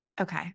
Okay